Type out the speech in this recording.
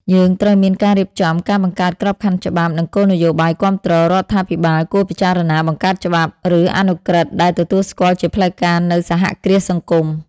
យើងត្រូវមានការរៀបចំ ការបង្កើតក្របខ័ណ្ឌច្បាប់ និងគោលនយោបាយគាំទ្រ រដ្ឋាភិបាលគួរពិចារណាបង្កើតច្បាប់ ឬអនុក្រឹត្យ ដែលទទួលស្គាល់ជាផ្លូវការនូវសហគ្រាសសង្គម ។